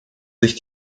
sich